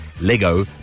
lego